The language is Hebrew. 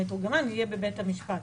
המתורגמן יהיה בבית המשפט,